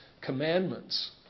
commandments